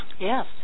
Yes